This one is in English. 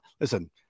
listen